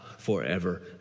forever